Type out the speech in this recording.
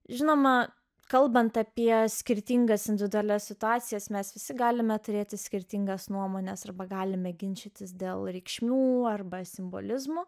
žinoma kalbant apie skirtingas individualias situacijas mes visi galime turėti skirtingas nuomones arba galime ginčytis dėl reikšmių arba simbolizmo